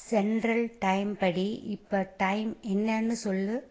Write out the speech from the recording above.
central time படி இப்போ time என்னன்னு சொல்